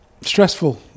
Stressful